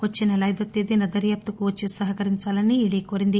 వచ్చే నెల అయిదువ తేదీన దర్శాపుకు వచ్చి సహకరించాలని ఈడీ కోరింది